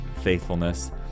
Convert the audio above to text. faithfulness